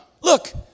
Look